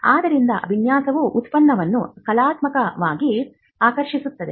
ಆದ್ದರಿಂದ ವಿನ್ಯಾಸವು ಉತ್ಪನ್ನವನ್ನು ಕಲಾತ್ಮಕವಾಗಿ ಆಕರ್ಷಿಸುತ್ತದೆ